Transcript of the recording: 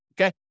okay